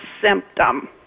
symptom